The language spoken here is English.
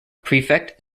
prefect